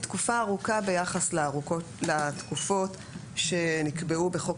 היא תקופה ארוכה ביחס לתקופות שנקבעו בחוק